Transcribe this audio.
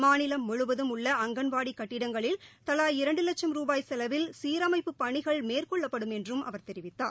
மாநிலம் முழுவதும் உள்ள அங்கன்வாடிகட்டிடங்களில் தலா இரண்டுவட்சும் ரூபாய் செலவில் சீரமைப்பு பணிகள் மேற்கொள்ளப்படும் என்றும் அவர் தெரிவித்தார்